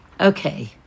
Okay